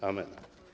Amen.